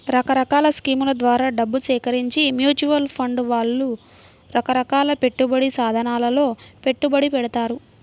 రకరకాల స్కీముల ద్వారా డబ్బు సేకరించి మ్యూచువల్ ఫండ్ వాళ్ళు రకరకాల పెట్టుబడి సాధనాలలో పెట్టుబడి పెడతారు